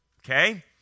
Okay